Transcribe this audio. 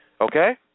Okay